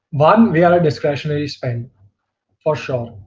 one. we are discretionary spend for sure.